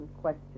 question